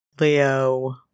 leo